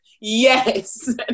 yes